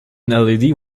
led